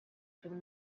from